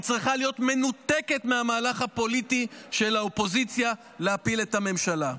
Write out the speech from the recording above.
היא צריכה להיות מנותקת מהמהלך הפוליטי של האופוזיציה להפיל את הממשלה.